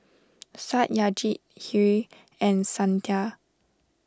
Satyajit Hri and Santha